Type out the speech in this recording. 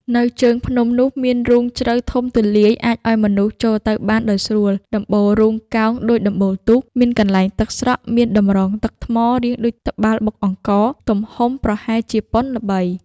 នៅជើងភ្នំនោះ មានរូងជ្រៅធំទូលាយ អាចឱ្យមនុស្សចូលទៅបានដោយស្រួល ដំបូលរូងកោងដូចដំបូលទូក មានកន្លែងទឹកស្រក់មានតម្រងទឹកថ្មរាងដូចត្បាល់បុកអង្ករ ទំហំប្រហែលជាប៉ុនល្បី ។